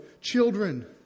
children